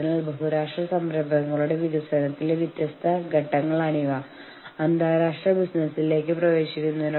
അതിനാൽ wildcat strike എന്നത് ഒരു വ്യക്തിക്കെതിരെ സംഘടന എടുക്കുന്ന അച്ചടക്കനടപടിയെ സൂചിപ്പിക്കുന്നു